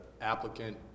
applicant